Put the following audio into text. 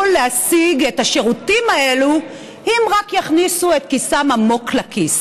להשיג את השירותים האלה אם רק יכניסו את ידם עמוק לכיס.